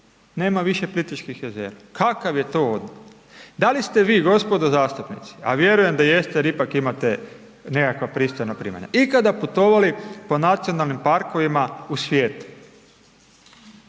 Nema više Plitvičkih jezera. Kakav je to .../Govornik se ne razumije./... Da li ste vi gospodo zastupnici a vjerujem da jeste jer pak imate nekakva pristojna primanja, ikada putovali po nacionalnim parkovima u svijetu?